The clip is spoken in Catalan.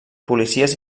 policies